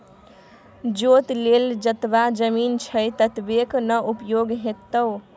जोत लेल जतबा जमीन छौ ततबेक न उपयोग हेतौ